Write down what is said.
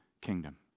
kingdom